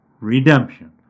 redemption